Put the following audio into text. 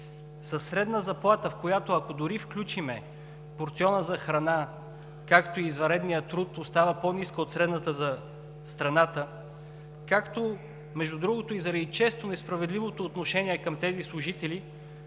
средна заплата, която, ако дори включим порциона за храна, както извънредния труд, остава по-ниска от средната за страната, както между другото и заради често несправедливото отношение към тези служители,